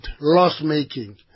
loss-making